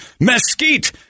mesquite